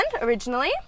originally